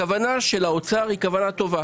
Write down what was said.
כוונת האוצר היא כוונה טובה.